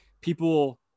people